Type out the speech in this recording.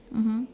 mmhmm